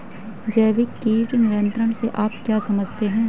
जैविक कीट नियंत्रण से आप क्या समझते हैं?